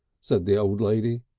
said the old lady.